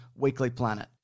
weeklyplanet